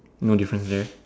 no difference there